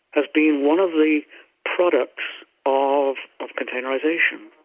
has been one of the products of of containerisation.